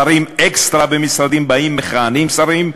שרים אקסטרה במשרדים שבהם מכהנים שרים,